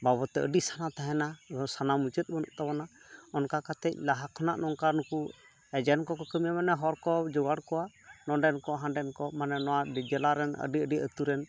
ᱵᱟᱵᱚᱫᱽᱛᱮ ᱟᱹᱰᱤ ᱥᱟᱱᱟ ᱛᱟᱦᱮᱱᱟ ᱥᱟᱱᱟ ᱢᱩᱪᱟᱹᱫ ᱵᱟᱹᱱᱩᱜᱼᱟ ᱛᱟᱵᱚᱱᱟ ᱚᱱᱠᱟ ᱠᱟᱛᱮᱫ ᱞᱟᱦᱟ ᱠᱷᱚᱱᱟᱜ ᱱᱚᱝᱠᱟ ᱱᱩᱠᱩ ᱮᱡᱮᱱ ᱠᱚᱠᱚ ᱠᱟᱹᱢᱤᱭᱟ ᱢᱟᱱᱮ ᱦᱚᱲᱠᱚ ᱡᱳᱜᱟᱲ ᱠᱚᱣᱟ ᱱᱚᱸᱰᱮᱱᱠᱚ ᱦᱟᱸᱰᱮᱱᱠᱚ ᱢᱟᱱᱮ ᱱᱚᱣᱟ ᱰᱤᱜᱡᱟᱞᱟᱨᱮᱱ ᱟᱹᱰᱤ ᱟᱹᱰᱤ ᱟᱹᱛᱩᱨᱮᱱ